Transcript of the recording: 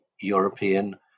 European